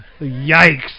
Yikes